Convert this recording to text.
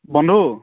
বন্ধু